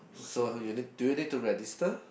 so do you need to register